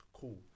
cool